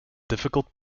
difficult